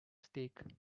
stake